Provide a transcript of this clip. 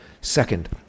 second